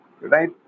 right